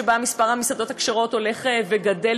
שבה מספר המסעדות הכשרות הולך וגדל,